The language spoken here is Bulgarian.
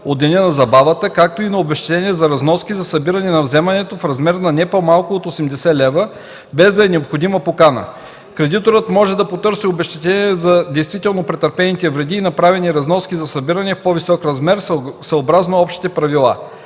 от деня на забавата, както и на обезщетение за разноски за събиране на вземането в размер на не по-малко от 80 лева, без да е необходима покана. Кредиторът може да търси обезщетение за действително претърпените вреди и направени разноски за събиране в по-висок размер съобразно общите правила.